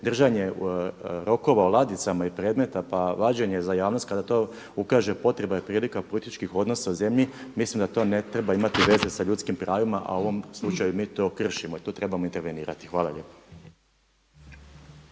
držanje rokova u ladicama i predmeta pa vađenje za javnost kada se za to ukaže potreba i prilika političkih odnosa u zemlji mislim da to ne treba imati veze sa ljudskih pravima a u ovom slučaju mi to kršimo i tu trebamo intervenirati. Hvala lijepa.